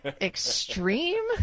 extreme